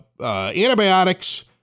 antibiotics